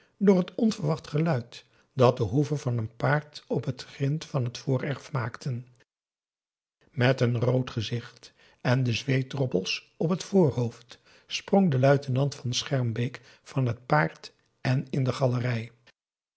door het onverwacht geluid dat de hoeven van een paard op het grint van t voorerf maakten met n rood gezicht en de zweetdroppels op het voorhoofd p a daum de van der lindens c s onder ps maurits sprong de luitenant van schermbeek van het paard en in de galerij